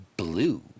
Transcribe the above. Blue